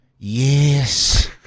Yes